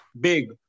big